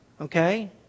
Okay